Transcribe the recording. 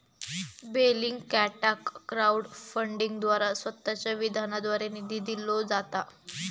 बेलिंगकॅटाक क्राउड फंडिंगद्वारा स्वतःच्या विधानाद्वारे निधी दिलो जाता